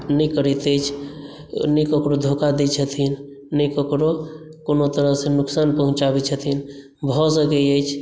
नहि करैत अछि नहि ककरो धोखा दैत छथिन नहि ककरो कोनो तरहसँ नुकसान पहुँचाबैत छथिन भऽ सकैत अछि